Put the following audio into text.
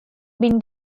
been